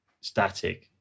static